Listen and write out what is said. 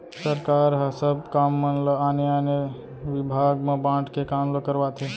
सरकार ह सब काम मन ल आने आने बिभाग म बांट के काम ल करवाथे